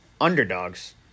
underdogs